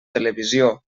televisió